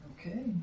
Okay